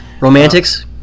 Romantics